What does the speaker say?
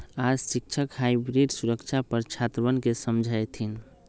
आज शिक्षक हाइब्रिड सुरक्षा पर छात्रवन के समझय थिन